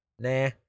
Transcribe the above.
Nah